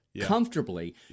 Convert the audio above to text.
comfortably